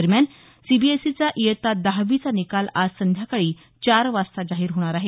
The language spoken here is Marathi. दरम्यान सीबीएसईचा इयत्ता दहावीचा निकाल आज संध्याकाळी चार वाजता जाहीर होणार आहे